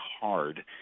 hard